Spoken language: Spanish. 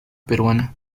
peruana